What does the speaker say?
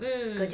mm